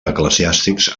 eclesiàstics